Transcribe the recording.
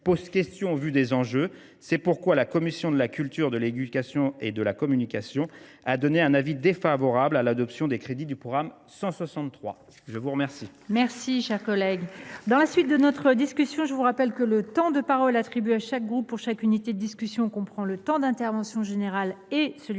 pose question au regard des enjeux. C’est pourquoi la commission de la culture, de l’éducation et de la communication a émis un avis défavorable à l’adoption des crédits du programme 163. Mes chers